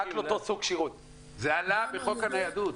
זה עלה בחוק הניידות.